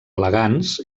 elegants